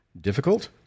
difficult